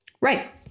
Right